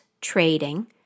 trading